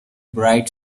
bright